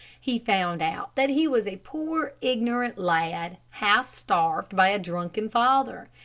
he found out that he was a poor, ignorant lad, half starved by a drunken father.